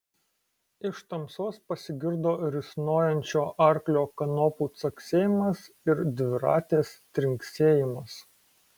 iš tamsos pasigirdo risnojančio arklio kanopų caksėjimas ir dviratės trinksėjimas